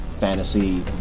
fantasy